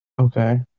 Okay